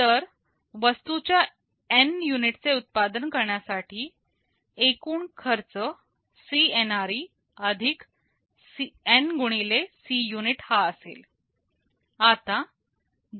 तर वस्तूच्या N युनिटचे उत्पादन करण्यासाठी एकूण खर्च CNRE N Cunit हा असेल